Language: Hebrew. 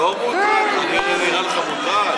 צלצלת להצבעה?